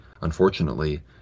Unfortunately